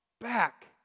back